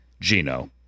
Gino